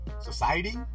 Society